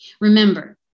Remember